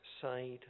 side